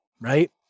Right